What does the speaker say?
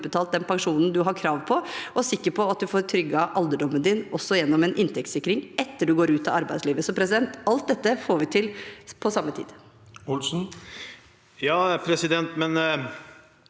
og sikker på at man får trygget alderdommen, også gjennom en inntektssikring etter at man går ut av arbeidslivet. Alt dette får vi til på samme tid.